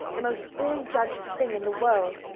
the most ill-judged thing in the world!